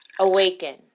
Awaken